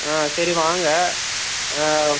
ஆ சரி வாங்க